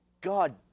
God